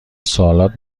سوالات